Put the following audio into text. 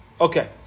Okay